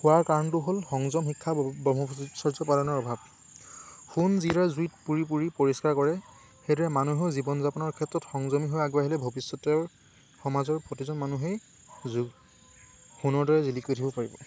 হোৱাৰ কাৰণটো হ'ল সংযম শিক্ষা ব্ৰহ্মচৰ্য পালনৰ অভাৱ সোণ যিদৰে জুইত পুৰি পুৰি পৰিষ্কাৰ কৰে সেইদৰে মানুহেও জীৱন যাপনৰ ক্ষেত্ৰত সংযমী হৈ আগবাঢ়িলে ভৱিষ্যতৰ সমাজৰ প্ৰতিজন মানুহেই যু সোণৰ দৰে জিলিকি উঠিব পাৰিব